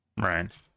Right